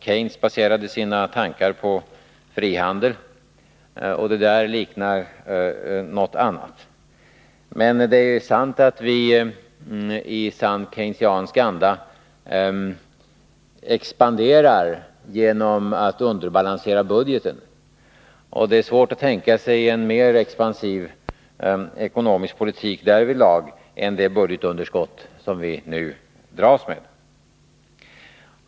Keynes baserade sina tankar på frihandel, och det där liknar någonting annat. Men det är ju så att Sveriges ekonomi i sann Keynesiansk anda expanderar genom att budgeten underbalanseras. Det är svårt att tänka sig en mer expansiv ekonomisk politik därvidlag än det budgetunderskott som vi nu dras med.